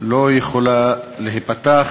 לא יכולה להיפתח